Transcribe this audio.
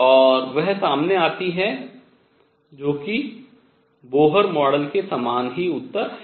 और वह सामने आती है जो कि बोहर मॉडल के समान ही उत्तर है